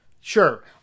Sure